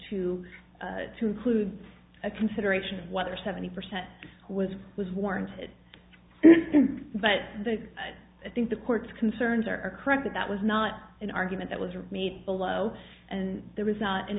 to to include a consideration of whether seventy percent was was warranted but i think the court's concerns are correct that that was not an argument that was made below and there was